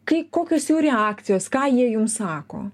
kai kokios jų reakcijos ką jie jums sako